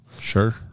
sure